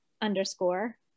underscore